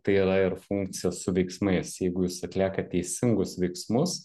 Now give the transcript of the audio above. tai yra ir funkcijos su veiksmais jeigu jūs atliekat teisingus veiksmus